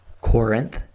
Corinth